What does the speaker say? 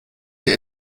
dir